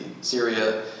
Syria